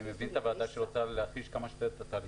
אני גם מבין את הוועדה שרוצה להחיש כמה שיותר את התהליך.